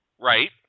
Right